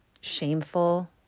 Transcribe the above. shameful